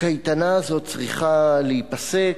הקייטנה הזאת צריכה להיפסק,